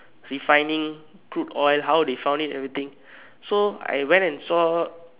refining crude oil how they found it everything so I went and saw